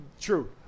True